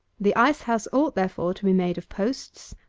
the ice-house ought, therefore, to be made of posts,